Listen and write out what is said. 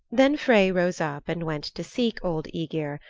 then frey rose up and went to seek old aegir,